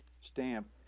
stamp